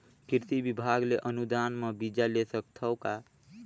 कृषि विभाग ले अनुदान म बीजा ले सकथव का?